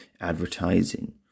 advertising